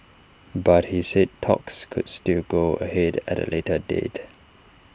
but he said talks could still go ahead at A later date